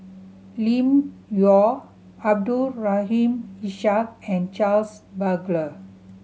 Lim Yau Abdul Rahim Ishak and Charles Paglar